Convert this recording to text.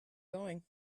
going